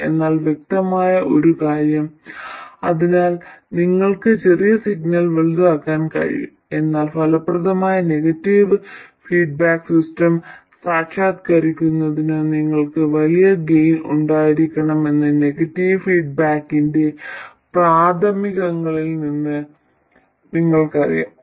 ഇപ്പോൾ വ്യക്തമായ ഒരു കാര്യം അതിനാൽ നിങ്ങൾക്ക് ചെറിയ സിഗ്നൽ വലുതാക്കാൻ കഴിയും എന്നാൽ ഫലപ്രദമായ നെഗറ്റീവ് ഫീഡ്ബാക്ക് സിസ്റ്റം സാക്ഷാത്കരിക്കുന്നതിന് നിങ്ങൾക്ക് വലിയ ഗെയിൻ ഉണ്ടായിരിക്കണമെന്ന് നെഗറ്റീവ് ഫീഡ്ബാക്കിന്റെ പ്രാഥമികങ്ങളിൽ നിന്ന് നിങ്ങൾക്കറിയാം